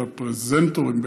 את הפרזנטורים,